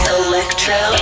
electro